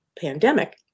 pandemic